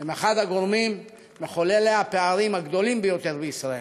הן אחד הגורמים מחוללי הפערים הגדולים ביותר בישראל.